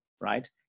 right